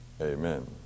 amen